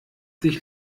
dich